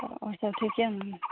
तऽ आओर सभ ठीक छै ने